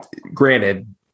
granted